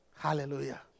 Hallelujah